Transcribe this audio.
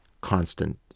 constant